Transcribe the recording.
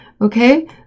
okay